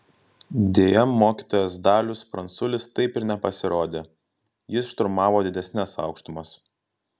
deja mokytojas dalius pranculis taip ir nepasirodė jis šturmavo didesnes aukštumas